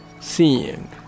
seeing